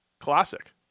Classic